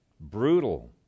brutal